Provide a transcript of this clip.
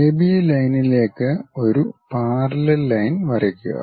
A B ലൈനിലേക്ക് ഒരു parallel line വരയ്ക്കുക